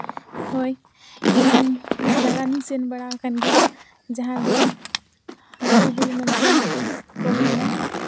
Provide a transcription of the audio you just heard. ᱦᱳᱭ ᱤᱧ ᱫᱟᱬᱟᱱᱤᱧ ᱥᱮᱱ ᱵᱟᱲᱟ ᱟᱠᱟᱱ ᱜᱮᱭᱟ ᱡᱟᱦᱟᱸ ᱫᱚ ᱞᱩᱜᱩᱼᱵᱩᱨᱩ ᱢᱮᱱᱛᱮ ᱠᱚ ᱢᱮᱱᱟ